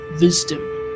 wisdom